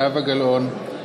זהבה גלאון,